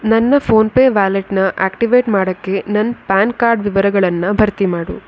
ನನ್ನ PhonePe ವ್ಯಾಲೆಟ್ನ activate ಮಾಡೋಕ್ಕೆ ನನ್ನ ಪ್ಯಾನ್ ಕಾರ್ಡ್ ವಿವರಗಳನ್ನು ಭರ್ತಿ ಮಾಡು